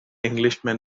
englishman